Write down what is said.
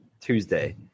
Tuesday